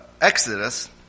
Exodus